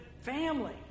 family